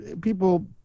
people